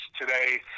today